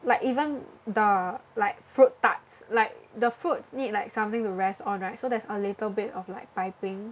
like even the like fruit tart like the fruits need like something to rest on right so there's a little bit of like piping